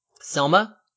Selma